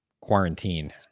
quarantine